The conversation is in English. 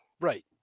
Right